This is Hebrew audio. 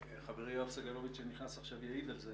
וחברי יואב סגלוביץ' שנכנס עכשיו יעיד על זה